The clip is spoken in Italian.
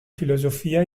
filosofia